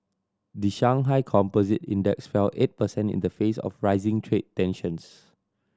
the Shanghai Composite Index fell eight percent in the face of rising trade tensions